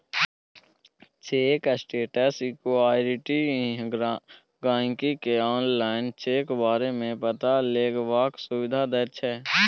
cheque status inquiry गाहिंकी केँ online check बारे मे पता लगेबाक सुविधा दैत छै